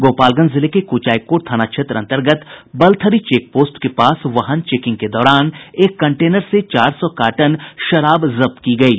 गोपालगंज जिले के कुचायकोट थाना क्षेत्र अन्तर्गत बलथरी चेकपोस्ट के पास वाहन चेकिंग के दौरान एक कंटेनर से चार सौ कार्टन शराब जब्त की गयी